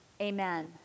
amen